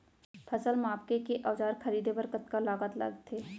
फसल मापके के औज़ार खरीदे बर कतका लागत लगथे?